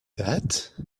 that